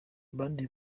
abandi